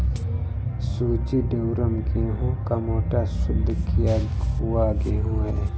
सूजी ड्यूरम गेहूं का मोटा, शुद्ध किया हुआ गेहूं है